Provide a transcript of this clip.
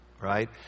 right